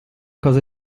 cose